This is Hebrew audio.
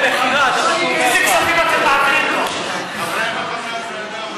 איזה כספים אתם מעבירים לו, הון כסף.